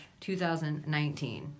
2019